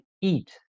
eat